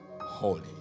holy